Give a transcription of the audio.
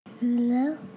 Hello